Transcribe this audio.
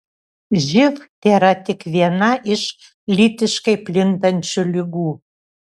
živ tėra tik viena iš lytiškai plintančių ligų